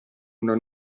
una